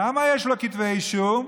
למה יש לו כתבי אישום?